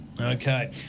Okay